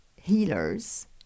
healers